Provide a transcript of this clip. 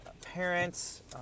parents